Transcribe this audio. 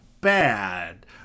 bad